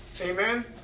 Amen